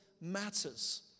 matters